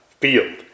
field